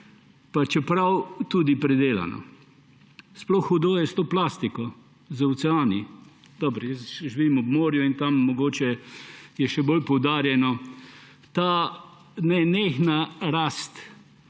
pa čeprav tudi predelano. Sploh hudo je s to plastiko v oceanih, dobro, jaz živim ob morju in tam je mogoče je še bolj poudarjeno, ta nenehna rast